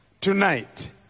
tonight